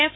F